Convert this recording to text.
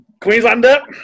Queenslander